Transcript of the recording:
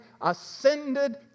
ascended